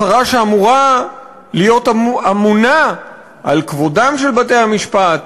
השרה שאמורה להיות אמונה על כבודם של בתי-המשפט,